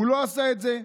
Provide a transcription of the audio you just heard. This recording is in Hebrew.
הוא לא עשה את זה.